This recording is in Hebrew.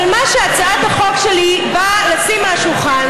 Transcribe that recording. אבל מה שהצעת החוק שלי באה לשים על השולחן